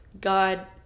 God